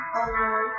over